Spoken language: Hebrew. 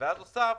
ואז הוספת,